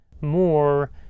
more